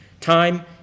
time